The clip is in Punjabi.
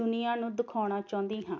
ਦੁਨੀਆਂ ਨੂੰ ਦਿਖਾਉਣਾ ਚਾਹੁੰਦੀ ਹਾਂ